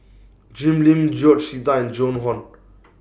Jim Lim George Sita and Joan Hon